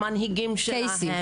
למנהיגים שלהם.